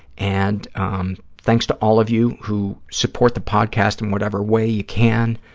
and um thanks to all of you who support the podcast in whatever way you can,